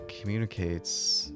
communicates